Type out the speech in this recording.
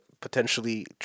potentially